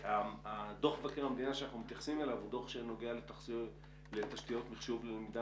דו"ח מבקר המדינה שאנחנו מתייחסים אליו נוגע לתשתיות מחשוב ללמידה